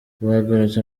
bagarutse